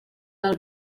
del